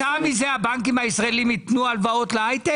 כתוצאה מזה הבנקים הישראליים ייתנו הלוואות לבנקים?